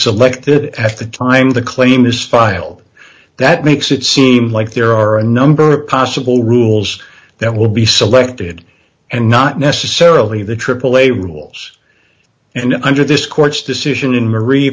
selected at the time the claim is filed that makes it seem like there are a number of possible rules that will be selected and not necessarily the aaa rules and under this court's decision in m